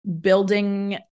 building